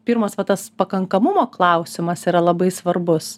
pirmas va tas pakankamumo klausimas yra labai svarbus